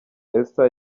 elsa